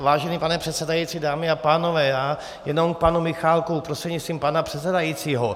Vážený pane předsedající, dámy a pánové, já jenom k panu Michálkovi prostřednictvím pana předsedajícího.